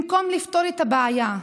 במקום לפתור את הבעיה,